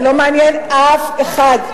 זה לא מעניין אף אחד.